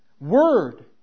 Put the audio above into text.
Word